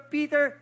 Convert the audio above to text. Peter